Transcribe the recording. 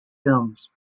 films